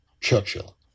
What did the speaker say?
Churchill